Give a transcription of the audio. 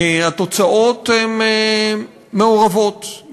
התוצאות הן מעורבות,